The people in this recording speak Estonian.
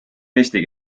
eesti